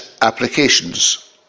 applications